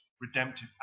redemptive